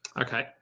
Okay